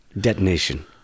detonation